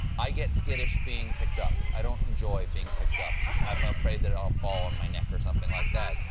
i get skittish being picked up. i don't enjoy being picked up. okay. stephen i'm afraid that i'll fall on my neck or something like that.